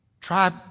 Try